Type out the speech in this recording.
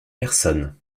personne